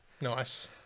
Nice